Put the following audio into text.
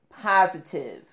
positive